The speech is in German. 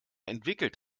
entwickelt